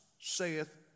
saith